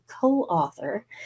co-author